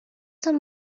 تون